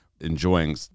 enjoying